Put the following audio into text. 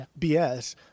BS